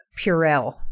Purell